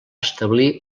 establir